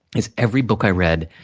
is every book i read,